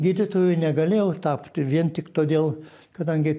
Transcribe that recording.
gydytoju negalėjau tapti vien tik todėl kadangi